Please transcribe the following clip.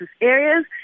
areas